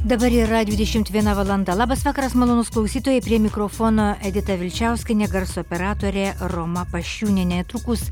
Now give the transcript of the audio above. dabar yra dvidešimt viena valanda labas vakaras malonūs klausytojai prie mikrofono edita vilčiauskienė garso operatorė roma paščiūnienė netrukus